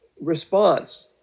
response